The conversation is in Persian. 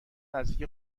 نزدیک